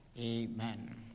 Amen